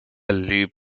leaf